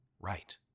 right